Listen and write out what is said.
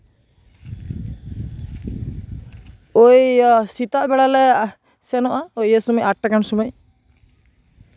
ᱳᱭ ᱥᱮᱛᱟᱜ ᱵᱮᱲᱟ ᱞᱮ ᱥᱮᱱᱚᱜᱼᱟ ᱤᱭᱟᱹ ᱥᱚᱢᱚᱭ ᱟᱴ ᱴᱟ ᱜᱟᱱ ᱥᱚᱢᱚᱭ